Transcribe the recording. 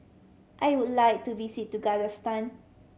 I would like to visit to Kazakhstan